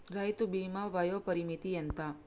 రైతు బీమా వయోపరిమితి ఎంత?